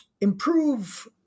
improve